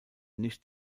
nicht